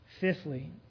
Fifthly